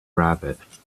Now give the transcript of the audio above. rabbit